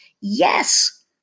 Yes